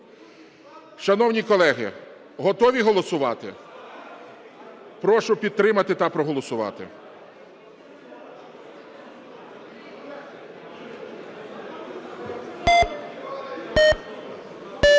Шановні колеги, готові голосувати? Прошу підтримати та проголосувати.